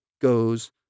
goes